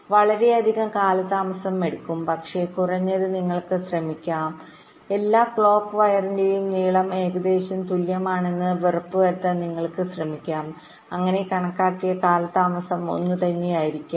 വളരെയധികം കാലതാമസം എടുക്കും പക്ഷേ കുറഞ്ഞത് നിങ്ങൾക്ക് ശ്രമിക്കാം എല്ലാ ക്ലോക്ക് വയറിന്റെയും നീളം ഏകദേശം തുല്യമാണെന്ന് ഉറപ്പുവരുത്താൻ നിങ്ങൾക്ക് ശ്രമിക്കാം അങ്ങനെ കണക്കാക്കിയ കാലതാമസം ഒന്നുതന്നെയായിരിക്കണം